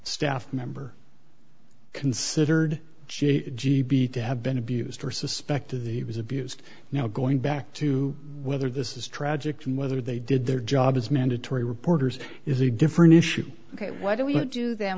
staff member considered j g b to have been abused or suspected the he was abused now going back to whether this is tragic and whether they did their job as mandatory reporters is a different issue ok what do we do th